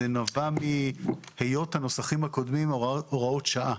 זה נבע מהיות הנוסחים הקודמים הוראות שעה.